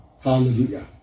Hallelujah